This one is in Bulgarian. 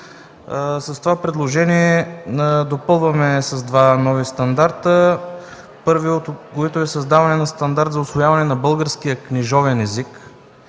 С това предложение допълваме два нови стандарта, първият от които е създаване на стандарт за усвояване на българския книжовен език.